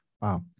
Wow